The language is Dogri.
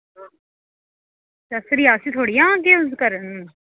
ते अस रियासी थोह्ड़े आगे ओह् करन